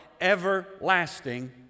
everlasting